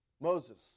Moses